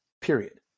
Period